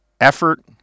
effort